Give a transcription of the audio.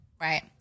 right